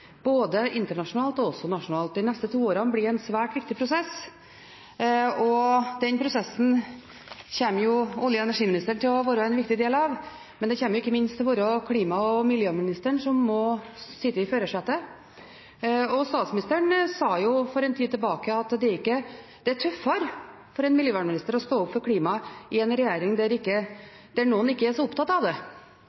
både internasjonalt og nasjonalt. De neste to årene blir en svært viktig prosess, og den prosessen kommer jo olje- og energiministeren til å være en viktig del av, men det kommer ikke minst til å være klima- og miljøministeren som må sitte i førersetet. Statsministeren sa for en tid tilbake at det er tøffere for en miljøvernminister å stå opp for klimaet i en regjering der noen ikke er så opptatt av det.